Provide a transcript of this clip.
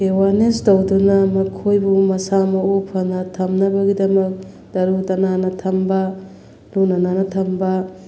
awareness ꯇꯧꯗꯨꯅ ꯃꯈꯣꯏꯕꯨ ꯃꯁꯥ ꯃꯎ ꯐꯅ ꯊꯝꯅꯕꯒꯤꯗꯃꯛ ꯇꯔꯨ ꯇꯅꯥꯟꯅ ꯊꯝꯕ ꯂꯨꯅ ꯅꯥꯟꯅ ꯊꯝꯕ